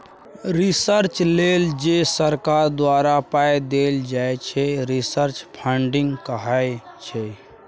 research लेल जे सरकार द्वारा पाइ देल जाइ छै रिसर्च फंडिंग कहाइ छै